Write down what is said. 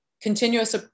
continuous